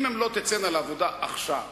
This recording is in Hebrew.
חבר הכנסת נחמן שי.